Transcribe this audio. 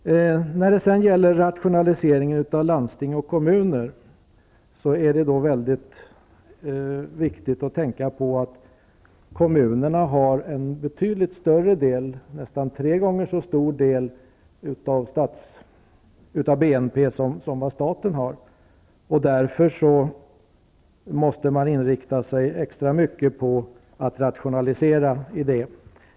När det sedan gäller rationaliseringen av landsting och kommuner är det mycket viktigt att tänka på att kommunerna har en betydligt större del, nästan tre gånger så stor, av BNP som staten. Därför måste man inrikta sig extra mycket på att rationalisera på det kommunala området.